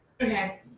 Okay